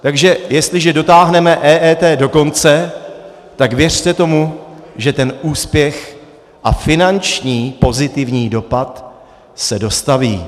Takže jestliže dotáhneme EET do konce, tak věřte tomu, že ten úspěch a finanční pozitivní dopad se dostaví.